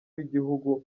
w’igihugu